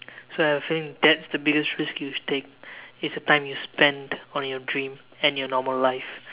so I have a feeling that's the biggest risk you'll take is the time you spend on your dream and your normal life